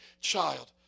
child